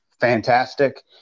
fantastic